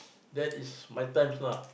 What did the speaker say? that is my times lah